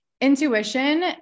Intuition